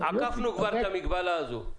עקפנו כבר את המגבלה הזו.